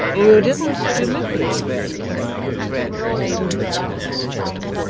you didn't deliver it then, my good friend said mr chester,